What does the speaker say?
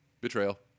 betrayal